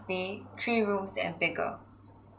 be three rooms and bigger